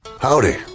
Howdy